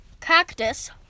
cactus